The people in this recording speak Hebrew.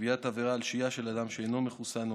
קביעת עבירה על שהייה של אדם שאינו מחוסן או